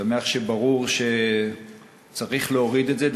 אני שמח שברור שצריך להוריד את זה.